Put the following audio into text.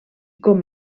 com